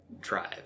drive